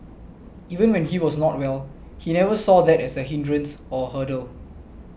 even when he was not well he never saw that as a hindrance or a hurdle